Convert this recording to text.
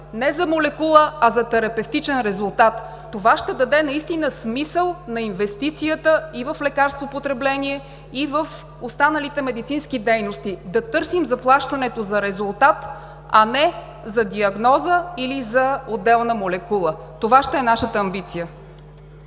не за молекула, а за терапевтичен резултат. Това ще даде наистина смисъл на инвестицията и в лекарственото потребление, и в останалите медицински дейности – да търсим заплащането за резултат, а не за диагноза или за отделна молекула. Това ще е нашата амбиция.